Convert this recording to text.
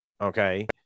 Okay